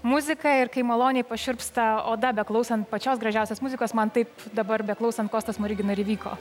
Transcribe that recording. muzika ir kai maloniai pašiurpsta oda beklausant pačios gražiausios muzikos man taip dabar beklausant kosto smorigino ir įvyko